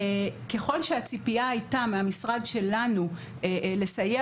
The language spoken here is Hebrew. ככל שהציפייה הייתה מהמשרד שלנו לסייע